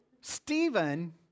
Stephen